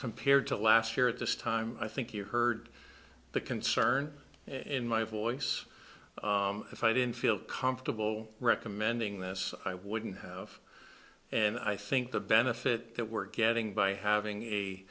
compared to last year at this time i think you heard the concern in my voice if i didn't feel comfortable recommending this i wouldn't have and i think the benefit that we're getting by having a